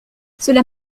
cela